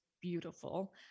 beautiful